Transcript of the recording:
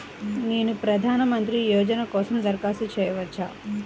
నేను ప్రధాన మంత్రి యోజన కోసం దరఖాస్తు చేయవచ్చా?